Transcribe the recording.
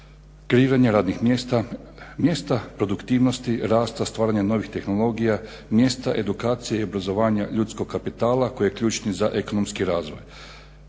kreiranja radnih mjesta, mjesta produktivnosti, rasta, stvaranja novih tehnologija, mjesta edukacije i obrazovanja ljudskog kapitala koji je ključni za ekonomski razvoj.